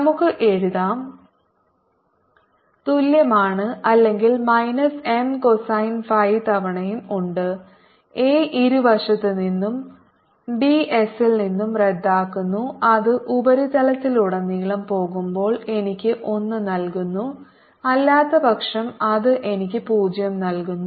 നമുക്ക് എഴുതാം തുല്യമാണ് അല്ലെങ്കിൽ മൈനസ് എം കോസൈൻ ഫൈ തവണയും ഉണ്ട് a ഇരുവശത്തുനിന്നും ഡിഎസിൽ നിന്നും റദ്ദാക്കുന്നു അത് ഉപരിതലത്തിലുടനീളം പോകുമ്പോൾ എനിക്ക് 1 നൽകുന്നു അല്ലാത്തപക്ഷം അത് എനിക്ക് 0 നൽകുന്നു